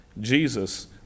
Jesus